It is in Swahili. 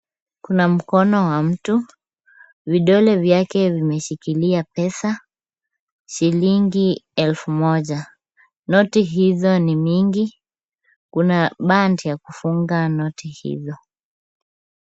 Kuna mkono wa mtu. Vidole vyake vimeshikilia pesa, shilingi elfu moja. Noti hizo ni nyingi. Kuna band ya kufunga noti hizo.